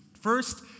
First